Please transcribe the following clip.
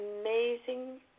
amazing